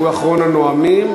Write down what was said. הוא אחרון הנואמים.